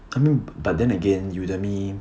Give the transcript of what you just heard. I mean but then again Udemy